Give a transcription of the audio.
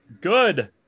Good